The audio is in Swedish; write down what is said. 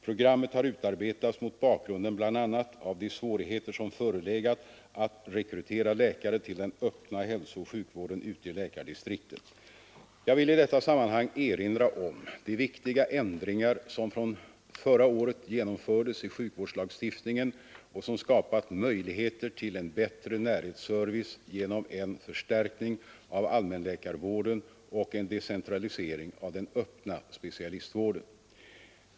Programmet har utarbetats mot bakgrunden bl.a. av de svårigheter som förelegat att rekrytera läkare till den öppna hälsooch sjukvården ute i läkardistrikten. Jag vill i detta sammanhang erinra om de viktiga ändringar som från förra året genomförts i sjukvårdslagstiftningen och som skapat möjligheter till en bättre närhetsservice genom en förstärkning av allmänläkarvården och en decentralisering av den öppna specialistvården.